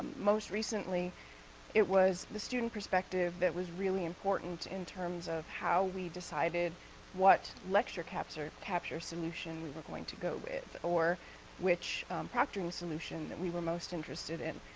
most recently it was the student perspective that was really important in terms of how we decided what lecture capture capture solution we were going to go with, or which proctoring solution that we were most interested in.